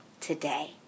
today